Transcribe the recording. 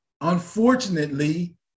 Unfortunately